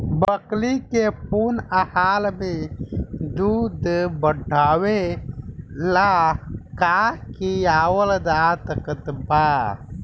बकरी के पूर्ण आहार में दूध बढ़ावेला का खिआवल जा सकत बा?